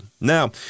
Now